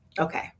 Okay